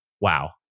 wow